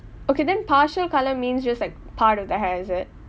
okay then partial colour means just like part of the hair is it